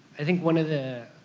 i think one of the